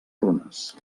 runes